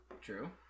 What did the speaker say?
True